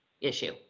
issue